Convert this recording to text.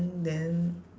then